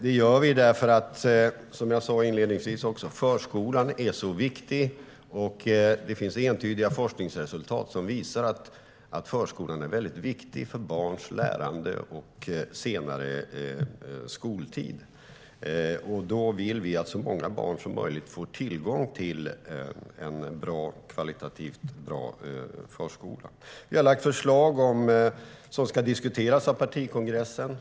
Vi gör det därför att förskolan är så viktig; det sade jag i min inledning. Entydiga forskningsresultat visar att förskolan är väldigt viktig för barns lärande och senare skoltid. Då vill vi att så många barn som möjligt får tillgång till en kvalitativt bra förskola. Vi har lagt fram förslag som ska diskuteras av partikongressen.